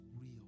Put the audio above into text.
real